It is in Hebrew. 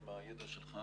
עם הידע שלך,